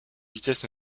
vitesse